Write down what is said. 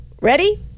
Ready